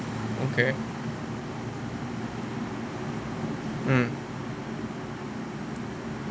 okay mm